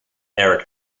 erik